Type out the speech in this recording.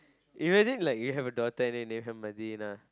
imagine like you have a daughter and then you name her Madinah